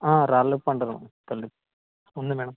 రాళ్ళ ఉప్పు అంటారు కళ్ళుఉప్పు ఉంది మేడం